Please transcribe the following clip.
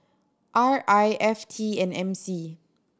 R I F T and M C